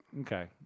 Okay